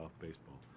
baseball